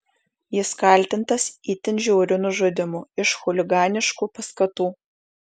jis kaltintas itin žiauriu nužudymu iš chuliganiškų paskatų